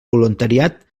voluntariat